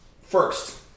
first